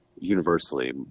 universally